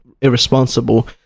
irresponsible